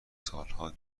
سالها